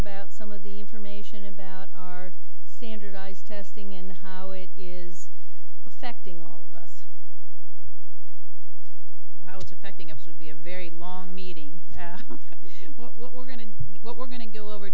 about some of the information about our standardized testing and how it is affecting all of us how it's affecting us would be a very long meeting what we're going to do what we're going to go over